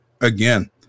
again